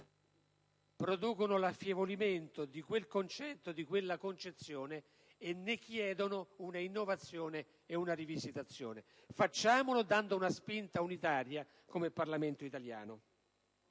produce l'affievolimento di quel concetto, di quella concezione e ne chiede un'innovazione ed una rivisitazione. Facciamolo, dando una spinta unitaria come Parlamento italiano.